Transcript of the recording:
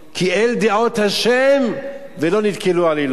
כי אל דעות ה' ולו נתכנו עלילות.